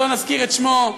שלא נזכיר את שמו,